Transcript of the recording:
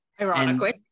ironically